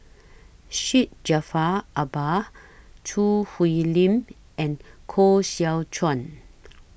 Syed Jaafar Albar Choo Hwee Lim and Koh Seow Chuan